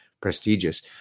prestigious